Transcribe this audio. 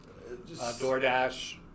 DoorDash